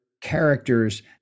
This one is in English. characters